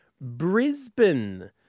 Brisbane